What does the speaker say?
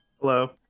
Hello